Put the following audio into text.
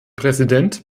präsident